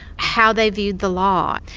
how they viewed the law.